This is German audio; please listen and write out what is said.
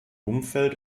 umfeld